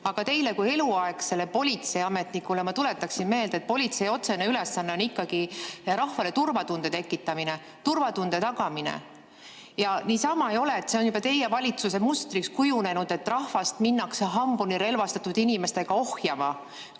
Aga teile kui eluaegsele politseiametnikule ma tuletaksin meelde, et politsei otsene ülesanne on ikkagi rahvale turvatunde tekitamine, turvatunde tagamine. See on juba teie valitsuse mustriks kujunenud, et rahvast minnakse hambuni relvastatud inimestega ohjama,